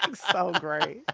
like so great